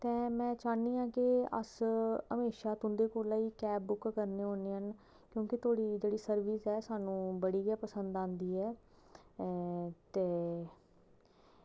ते में चाह्नी आं कि अस हमेशा गै तुंदे कोला गै कैब बुक करने होन्ने क्योंकि थोह्ड़ी जेह्ड़ी सर्विस ऐ ओह् सानूं बड़ी गै पसंद आंदी ऐ